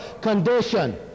condition